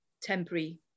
temporary